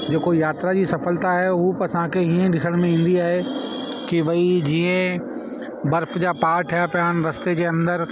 जेको यात्रा जी सफलता आहे हूं पर असांखे हीअं ॾिसण में ईंदी आहे कि भई जीअं बर्फ जा पहाड़ ठहिया पिया आहिनि रस्ते जे अंदरि